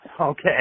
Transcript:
Okay